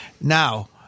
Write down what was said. Now